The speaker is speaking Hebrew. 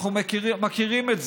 אנחנו מכירים את זה: